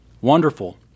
wonderful